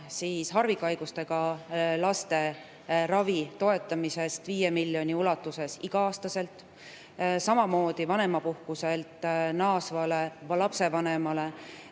harvikhaigustega laste ravi toetamisest 5 miljoni ulatuses igal aastal ning samamoodi vanemapuhkuselt naasvale lapsevanemale